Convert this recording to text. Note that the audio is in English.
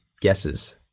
guesses